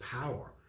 power